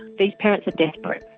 these parents are desperate.